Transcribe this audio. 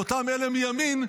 לאותם אלה מימין,